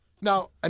Now